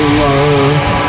love